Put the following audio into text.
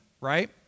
right